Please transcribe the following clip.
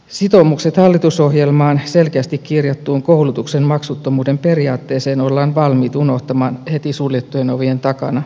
sitoumukset hallitusohjelmaan selkeästi kirjattuun koulutuksen maksuttomuuden periaatteeseen ollaan valmiit unohtamaan heti suljettujen ovien takana